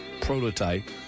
prototype